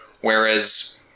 Whereas